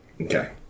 Okay